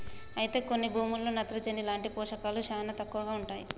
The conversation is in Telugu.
అయితే కొన్ని భూముల్లో నత్రజని లాంటి పోషకాలు శానా తక్కువగా ఉంటాయి